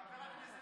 חבר הכנסת